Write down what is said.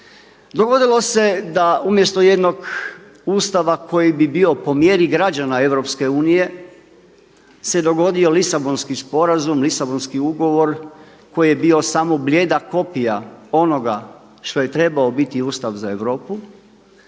Dogodilo se da umjesto jednog Ustava koji bi bio po mjeri građana EU se dogodio Lisabonski sporazum, Lisabonski ugovor koji je bio samo blijeda kopija onoga što je trebao biti Ustav za Europu.